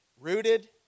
rooted